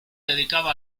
dedicaba